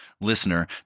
listener